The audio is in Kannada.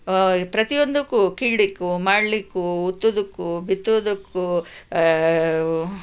ಪ್ರತಿಯೊಂದಕ್ಕೂ ಕೀಳ್ಳಿಕ್ಕೂ ಮಾಡಲಿಕ್ಕೂ ಉತ್ತುವುದಕ್ಕೂ ಬಿತ್ತೋದಕ್ಕೂ